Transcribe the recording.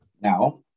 Now